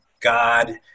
God